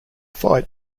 fight